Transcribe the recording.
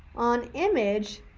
on image